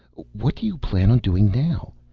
what do you plan on doing now?